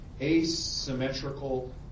asymmetrical